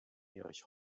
erich